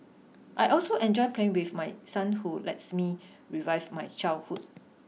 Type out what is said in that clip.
I also enjoy playing with my son which lets me relive my childhood